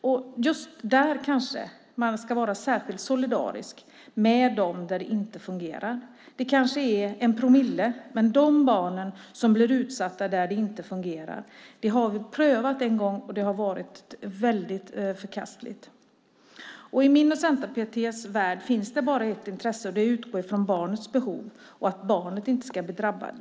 Men just där kanske man ska vara särskilt solidarisk med dem där det inte fungerar. Det kanske är en promille, men det handlar om de barn som blir utsatta och där det inte fungerar. Vi har prövat det en gång, och det var förkastligt. I min och Centerpartiets värld finns det bara ett intresse, och det är att utgå från barnets behov och att barnet inte ska bli drabbat.